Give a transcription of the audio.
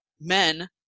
men